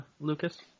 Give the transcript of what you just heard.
Lucas